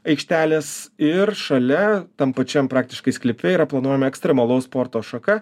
aikštelės ir šalia tam pačiam praktiškai sklype yra planuojama ekstremalaus sporto šaka